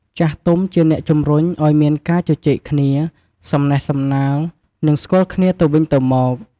ចាស់ទុំជាអ្នកជំរុញឲ្យមានការជជែកគ្នា សំណេះសំណាល និងស្គាល់គ្នាទៅវិញទៅមក។